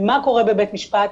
מה רואה בבית משפט?